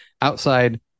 outside